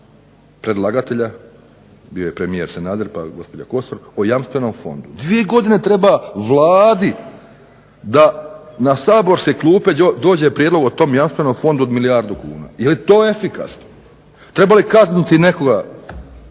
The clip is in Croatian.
predlagatelja. Bio je premijer Sanader, pa gospođa Kosor o Jamstvenom fondu. Dvije godine treba Vladi da na saborske klupe dođe prijedlog o tom Jamstvenom fondu od milijardu kuna. Je li to efikasno? Treba li kazniti nekoga